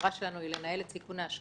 המטרה שלנו היא לנהל את סיכון האשראי,